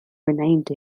renamed